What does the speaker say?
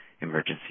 emergency